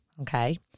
Okay